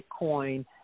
Bitcoin